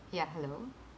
ya hello